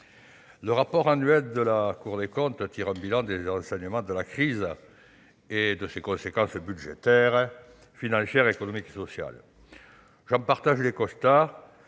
le rapport public annuel de la Cour des Comptes tire un bilan des enseignements de la crise et de ses conséquences budgétaires, financières, économiques et sociales. J'en partage les constats,